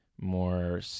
more